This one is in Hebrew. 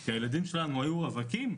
כי הילדים שלנו היו רווקים,